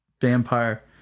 vampire